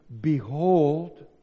Behold